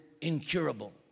incurable